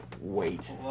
wait